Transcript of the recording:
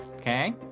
Okay